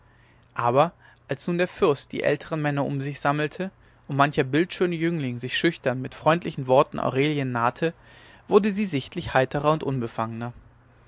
aber als nun der fürst die älteren männer um sich sammelte und mancher bildschöne jüngling sich schüchtern mit freundlichen worten aurelien nahte wurde sie sichtlich heitrer und unbefangener